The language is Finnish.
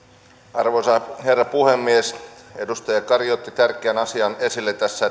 arvoisa herra puhemies edustaja kari otti tärkeän asian esille tässä